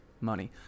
money